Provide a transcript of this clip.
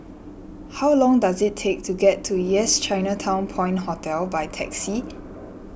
how long does it take to get to Yes Chinatown Point Hotel by taxi